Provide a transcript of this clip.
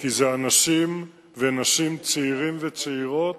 כי אלה אנשים ונשים, צעירים וצעירות,